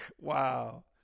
Wow